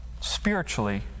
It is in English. spiritually